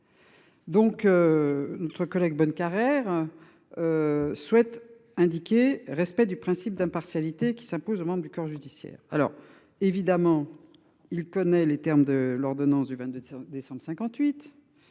Donc. Notre collègue Bonnecarrere. Souhaite indiquer respect du principe d'impartialité qui s'impose, membre du corps judiciaire. Alors évidemment, il connaît les termes de l'ordonnance du 22 décembre 58.